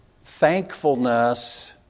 thankfulness